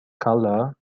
colour